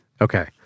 Okay